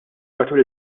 matul